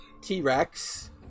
t-rex